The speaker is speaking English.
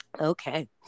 Okay